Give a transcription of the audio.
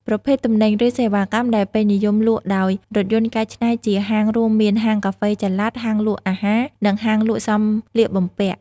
ប្រភេទទំនិញ ឬសេវាកម្មដែលពេញនិយមលក់ដោយរថយន្តកែច្នៃជាហាង រួមមាន ហាងកាហ្វេចល័ត ហាងលក់អាហារ និងហាងលក់សម្លៀកបំពាក់។